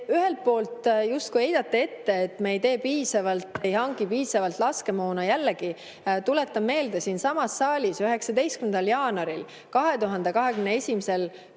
ühelt poolt justkui heidate ette, et me ei tee piisavalt, ei hangi piisavalt laskemoona. Jällegi, tuletan meelde, siinsamas saalis 19. jaanuaril 2022.